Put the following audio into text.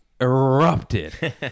erupted